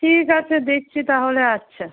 ঠিক আছে দেখছি তাহলে আচ্ছা